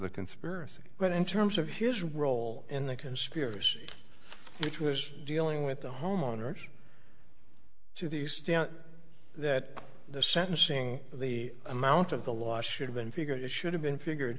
the conspiracy but in terms of his role in the conspiracy which was dealing with the homeowners to the stand that the sentencing the amount of the law should've been figured it should have been figured